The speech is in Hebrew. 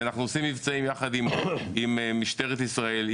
אנחנו עושים מבצעים יחד עם משטרת ישראל,